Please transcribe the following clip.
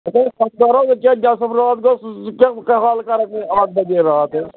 ہَتہٕ حظ پَتہٕ کَرو أکیٛاہ نٮ۪صٕب رات گوٚو ژٕ کیٛاہ حَل کَرَکھ وۅنۍ اَکھ بَجے رات ہٮ۪تھ